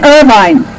Irvine